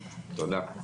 תודה.